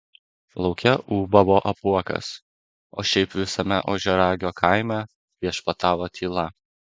lauke ūbavo apuokas o šiaip visame ožiaragio kaime viešpatavo tyla